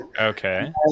Okay